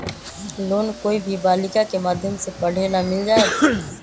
Loan कोई भी बालिका के माध्यम से पढे ला मिल जायत?